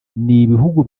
n’ibihugu